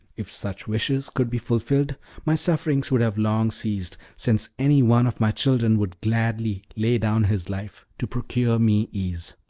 if such wishes could be fulfilled my sufferings would have long ceased, since any one of my children would gladly lay down his life to procure me ease.